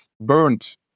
burned